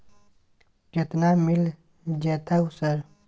केतना मिल जेतै सर?